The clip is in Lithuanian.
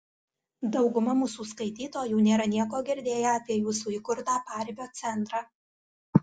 dauguma mūsų skaitytojų nėra nieko girdėję apie jūsų įkurtą paribio centrą